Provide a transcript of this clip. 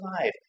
life